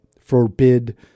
forbid